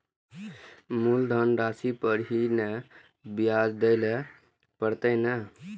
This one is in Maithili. मुलधन राशि पर ही नै ब्याज दै लै परतें ने?